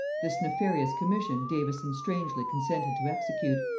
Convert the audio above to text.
this nefarious commission davison strangely consented to execute,